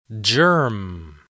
Germ